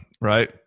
right